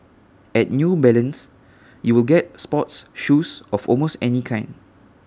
at new balance you will get sports shoes of almost any kind